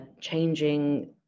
changing